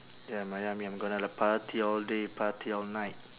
ya miami I'm gonna like party all day party all night